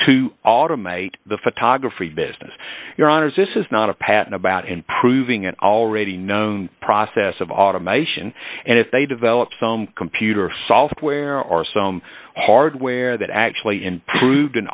to automate the photography business your honour's this is not a patent about improving an already known process of automation and if they develop some computer software or some hardware that actually improved an